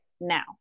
now